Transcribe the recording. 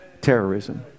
terrorism